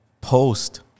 Post